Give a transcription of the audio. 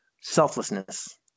selflessness